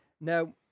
Now